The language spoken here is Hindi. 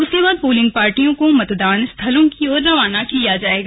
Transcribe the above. उसके बाद पोलिंग पार्टियों को मतदान स्थलों की ओर रवाना किया जाएगा